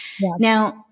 Now